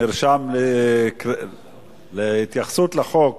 נרשם להתייחסות לחוק